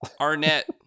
Arnett